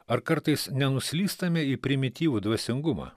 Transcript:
ar kartais nenuslystame į primityvų dvasingumą